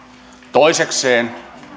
toisekseen